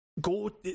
go